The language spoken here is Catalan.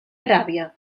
aràbia